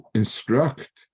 instruct